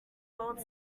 gold